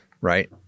right